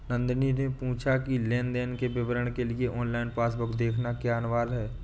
नंदनी ने पूछा की लेन देन के विवरण के लिए ऑनलाइन पासबुक देखना क्या अनिवार्य है?